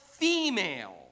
female